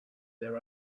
their